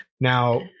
Now